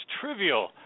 trivial